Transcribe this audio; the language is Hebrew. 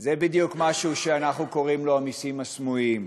זה בדיוק משהו שאנחנו קוראים לו: המסים הסמויים.